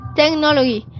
technology